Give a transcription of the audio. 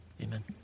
amen